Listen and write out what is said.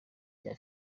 rya